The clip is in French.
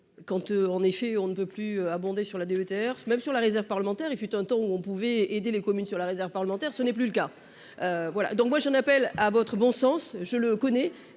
quand tu en effet on ne peut plus abondé sur la DETR même sur la réserve parlementaire, il fut un temps où on pouvait aider les communes sur la réserve parlementaire, ce n'est plus le cas, voilà donc moi j'en appelle à votre bon sens, je le connais